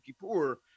Kippur